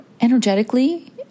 energetically